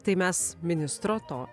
tai mes ministro to